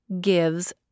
gives